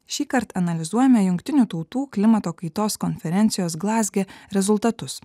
šįkart analizuojame jungtinių tautų klimato kaitos konferencijos glazge rezultatus